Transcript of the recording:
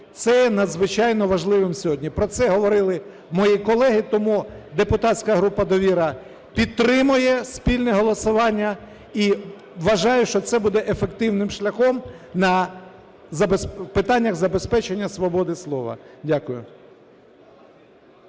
є надзвичайно важливим сьогодні. Про це говорили мої колеги. Тому депутатська група "Довіра" підтримує спільне голосування. І вважаю, що це буде ефективним шляхом в питаннях забезпечення свободи слова. Дякую.